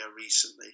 recently